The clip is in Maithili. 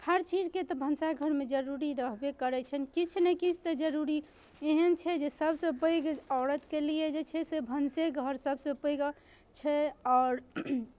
हर चीजके तऽ भनसा घरमे जरूरी रहबे करै छै किछु ने किछु तऽ जरूरी एहन छै जे सभसँ पैघ औरतके लिए जे छै से भनसेघर सभसँ पैघ छै आओर